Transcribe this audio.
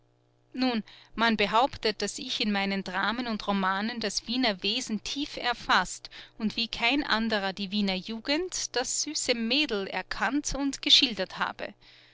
nun man behauptet daß ich in meinen dramen und romanen das wiener wesen tief erfaßt und wie kein anderer die wiener jugend das süße mädel erkannt und geschildert habe